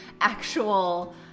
actual